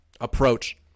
approach